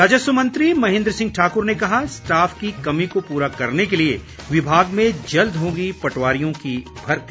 राजस्व मंत्री महेन्द्र सिंह ठाकुर ने कहा स्टाफ की कमी को पूरा करने के लिए विभाग में जल्द होगी पटवारियों की भर्ती